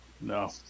no